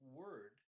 word